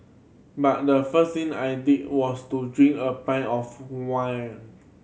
but the first thing I did was to drink a pie of wine